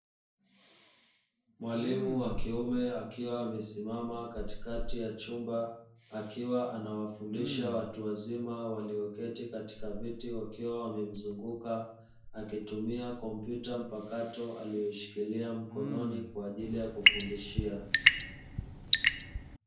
Mwalimu wa kiume, akiwa amesimama katikati ya chumba, akiwa anawafundisha watu wazima walioketi katika viti wakiwa wamemzunguka, akitumia kompyuta mpakato aliyoishikilia mkononi kwa ajili ya kufundishia.